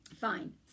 fine